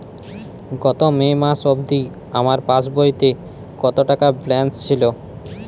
গত মে মাস অবধি আমার পাসবইতে কত টাকা ব্যালেন্স ছিল?